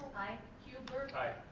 aye. huber? aye.